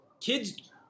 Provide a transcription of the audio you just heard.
kids